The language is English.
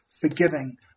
Forgiving